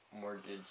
mortgage